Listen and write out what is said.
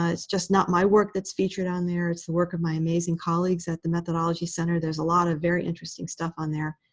ah it's just not my work that's featured on there. it's the work of my amazing colleagues at the methodology center. there's a lot of very interesting stuff on there.